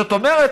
זאת אומרת,